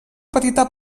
petita